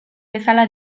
bezala